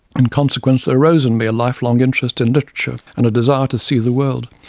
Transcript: in consequence there arose in me a lifelong interest in literature and a desire to see the world.